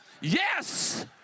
yes